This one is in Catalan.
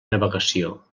navegació